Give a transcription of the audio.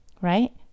right